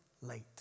late